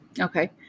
Okay